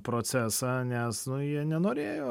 procesą nes jie nenorėjo